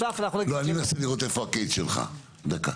לא אני מנסה לראות איפה ה-catch שלך, דקה.